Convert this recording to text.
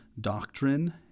doctrine